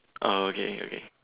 oh okay okay